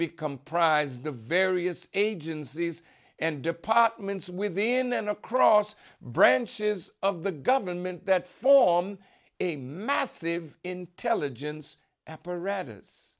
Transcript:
be comprised the various agencies and departments within and across branches of the government that form a massive intelligence apparatus